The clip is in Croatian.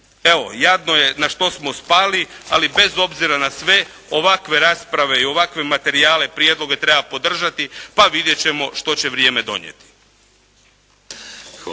Evo jadno je na što smo spali, ali bez obzira na sve ovakve rasprave i ovakve materijale i prijedloge treba podržati, pa vidjeti ćemo što će vrijeme donijeti.